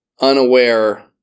unaware